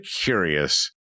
curious